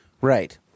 Right